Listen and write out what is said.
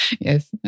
Yes